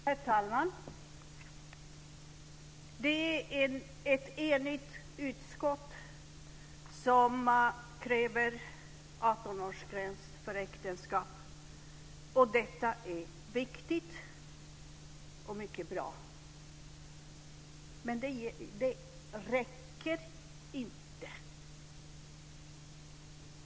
Herr talman! Det är ett enigt utskott som kräver 18 års åldersgräns för äktenskap. Detta är viktigt och mycket bra, men det räcker inte.